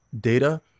data